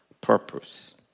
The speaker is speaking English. purpose